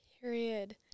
period